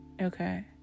okay